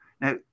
now